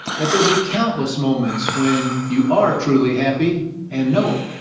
that there'll be countless moments when you are truly happy and know it.